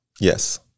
Yes